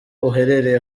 uherereye